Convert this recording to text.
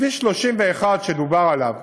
כביש 31 שדובר עליו,